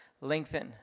Lengthen